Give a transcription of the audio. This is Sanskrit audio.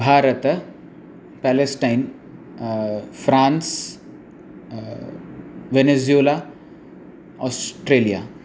Bharata Palestine France Venezuela Australia